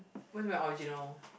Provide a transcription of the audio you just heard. what do you mean original